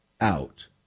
Out